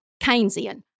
Keynesian